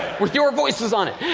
with your voices on it!